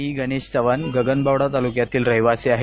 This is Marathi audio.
मी गणेश चव्हाण गगनबावडा तुल्यातील रहिवासी आहे